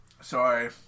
Sorry